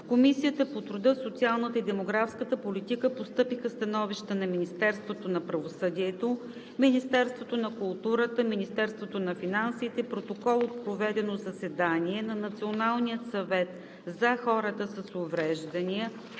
В Комисията по труда, социалната и демографската политика постъпиха становищата на Министерството на правосъдието, Министерството на културата, Министерството на финансите, Протокол от проведено заседание на Националния съвет за хората с увреждания,